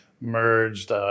merged